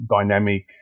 dynamic